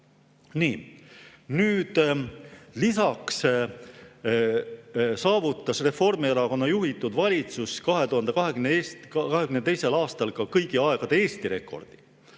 Nüüd, lisaks saavutas Reformierakonna juhitud valitsus 2022. aastal ka kõigi aegade Eesti rekordi